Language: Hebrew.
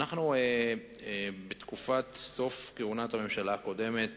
בסוף כהונת הממשלה הקודמת